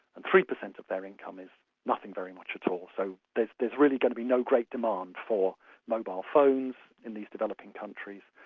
and three percent of their income is nothing very much at all. so there's there's really going to be no great demand for mobile phones in these developing countries.